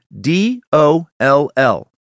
D-O-L-L